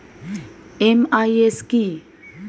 MIS কি?